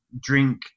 drink